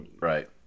Right